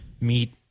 meet